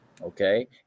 Okay